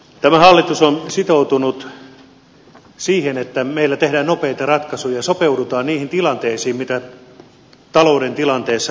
tämä hallitus on sitoutunut siihen että meillä tehdään nopeita ratkaisuja sopeudutaan niihin tilanteisiin mitä talouden tilanteessa menee